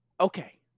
okay